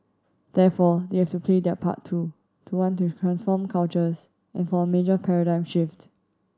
therefore they have to play their part too to want to transform cultures and for a major paradigm shift